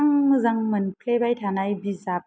आं मोजां मोनफ्लेबाय थानाय बिजाब